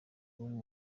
nta